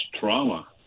trauma